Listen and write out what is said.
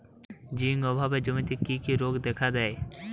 Zinc অভাবে জমিতে কি কি রোগ দেখাদেয়?